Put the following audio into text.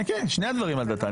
כן, שני הדברים על דעתה.